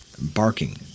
Barking